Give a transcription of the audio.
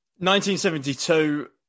1972